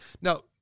Now